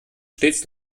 stets